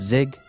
Zig